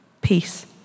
peace